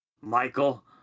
Michael